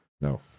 No